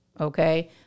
okay